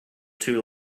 too